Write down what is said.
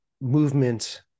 movement